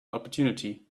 opportunity